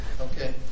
okay